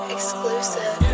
Exclusive